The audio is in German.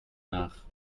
nach